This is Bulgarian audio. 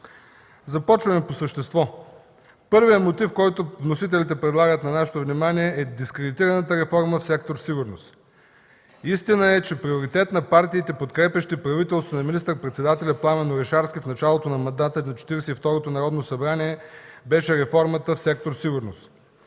Започваме по същество. Първият мотив, който вносителите предлагат на нашето внимание, е дискредитираната реформа в сектор „Сигурност”. Истина е, че приоритет на партиите, подкрепящи правителството на министър-председателя Пламен Орешарски в началото на мандата на Четиридесет и второто народно събрание, беше реформата в сектор „Сигурност”.